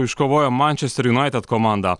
iškovojo mančester junaited komanda